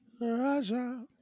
Raja